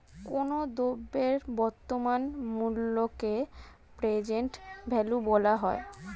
কোনো দ্রব্যের বর্তমান মূল্যকে প্রেজেন্ট ভ্যালু বলা হয়